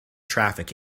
traffic